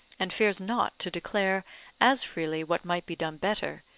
and fears not to declare as freely what might be done better,